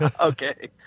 Okay